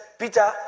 Peter